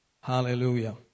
Hallelujah